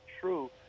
true